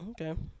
Okay